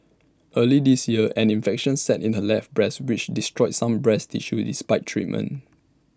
early this year an infection set in her left breast which destroyed some breast tissue despite treatment